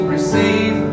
Receive